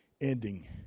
ending